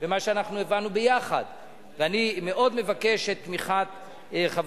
אתה זימנת אותה יחד עם יושב-ראש הקואליציה חבר